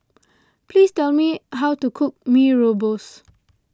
please tell me how to cook Mee Rebus